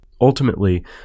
Ultimately